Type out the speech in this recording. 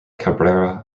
cabrera